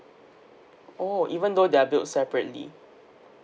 oh even though they are billed separately